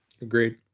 Agreed